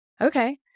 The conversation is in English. okay